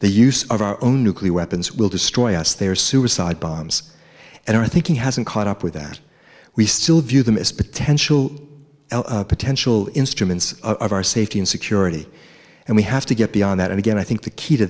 the use of our own nuclear weapons will destroy us there are suicide bombs and our thinking hasn't caught up with that we still view them as potential potential instruments of our safety and security and we have to get beyond that and again i think the key to